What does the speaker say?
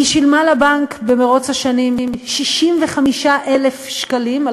היא שילמה לבנק במרוצת השנים 65,000 שקלים על